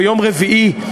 ביום רביעי,